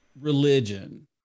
religion